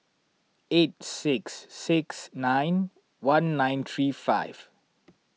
eight six six nine one nine three five